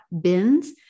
bins